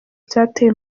byateye